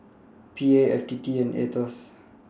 P A F T T and A E T O S